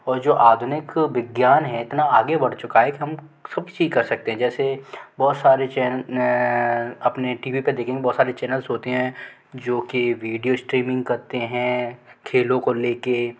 और जो आधुनिक विज्ञान है इतना आगे बढ़ चुका है कि हम सब चीज़ कर सकते हैं जैसे बहुत सारे चैन अपने टी वी पर देखेंगे बहुत सारे चैनल्स होते हैं जो कि विडियो स्ट्रीमिंग करते हैं खेलो को ले के